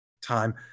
time